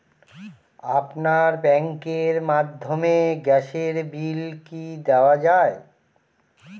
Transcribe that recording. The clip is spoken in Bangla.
আপনার ব্যাংকের মাধ্যমে গ্যাসের বিল কি দেওয়া য়ায়?